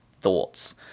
thoughts